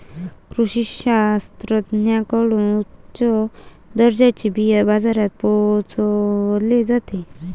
कृषी शास्त्रज्ञांकडून उच्च दर्जाचे बिया बाजारात पोहोचवले जाते